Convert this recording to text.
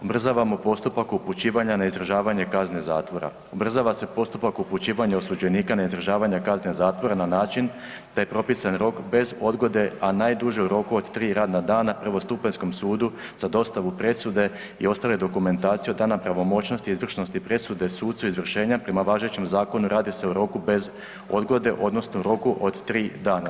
Ubrzavamo postupak upućivanja na izdržavanje kazne zatvora, ubrzava se postupak upućivanja osuđenika na izdržavanje kazne zatvora na način da je propisan rok bez odgode, a najduže u roku od 3 radna dana prvostupanjskom sudu za dostavu presude i ostale dokumentacije od dana pravomoćnosti i izvršnosti presude sucu izvršenja prema važećem zakonu radi se o roku bez odgode odnosno roku od 3 dana.